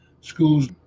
Schools